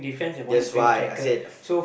that's why I said